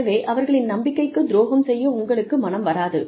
எனவே அவர்களின் நம்பிக்கைக்கு துரோகம் செய்ய உங்களுக்கு மனம் வராது